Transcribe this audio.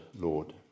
Lord